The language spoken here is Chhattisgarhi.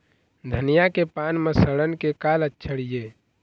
धनिया के पान म सड़न के का लक्षण ये?